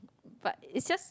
but it's just